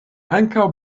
ankaŭ